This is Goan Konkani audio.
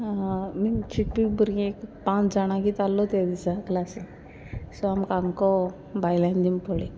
शिकपी भुरगीं एक पांच जाणां कितें आसलो त्या दिसा क्लासीक सो आमकां आनको भायल्यान दिमी पोडली